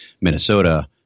Minnesota